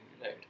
right